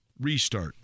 restart